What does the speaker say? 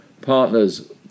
Partners